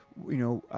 you know,